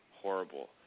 horrible